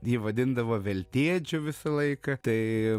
jį vadindavo veltėdžiu visą laiką tai